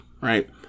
right